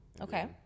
Okay